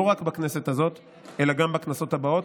לא רק בכנסת הזאת אלא גם בכנסות הבאות.